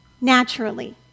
naturally